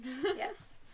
Yes